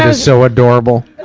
um so adorable.